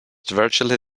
virtually